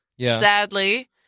sadly